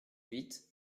huit